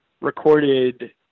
recorded